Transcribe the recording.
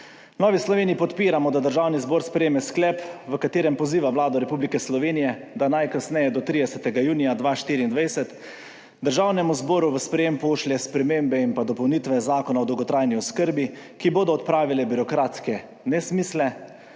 Novi Sloveniji podpiramo, da Državni zbor sprejme sklep, v katerem poziva Vlado Republike Slovenije, da najkasneje do 30. junija 2024 Državnemu zboru v sprejem pošlje spremembe in pa dopolnitve Zakona o dolgotrajni oskrbi, ki bodo odpravile birokratske nesmisle.